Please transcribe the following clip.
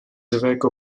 évêques